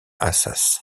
assas